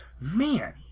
Man